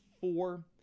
four